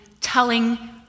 telling